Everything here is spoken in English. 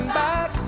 back